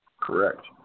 Correct